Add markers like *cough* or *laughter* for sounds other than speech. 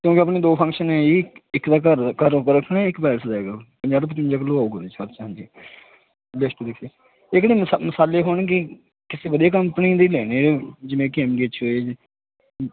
ਆਪਣੇ ਦੋ ਫੰਕਸ਼ਨ ਹੈ ਜੀ ਇੱਕ ਦਾ ਘਰ ਪਰ ਰੱਖਣਾ ਇੱਕ ਪੈਲਿ ਦਾ ਹੈਗਾ ਪੰਜਾਹ ਤੋਂ ਪਚਵੰਜਾ ਕਿਲੋ ਆਉਗਾ *unintelligible* ਇਕ ਜਿਹੜੀ ਮਸਾਲੇ ਹੋਣਗੇ ਕਿਸੇ ਵਧੀਆ ਕੰਪਨੀ ਲਈ ਲੈਣੇ ਜਿਵੇਂ ਕਿ ਇਮਲੀ ਅੱਛੀ ਹੋਏ